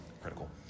critical